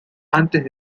antes